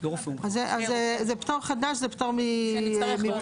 זה פטור חדש, זה פטור מבחינה.